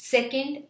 Second